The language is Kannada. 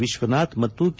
ವಿಶ್ವನಾಥ್ ಮತ್ತು ಕೆ